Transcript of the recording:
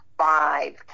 Five